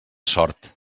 sort